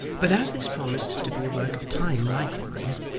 but as this promised to be a work of time likewise,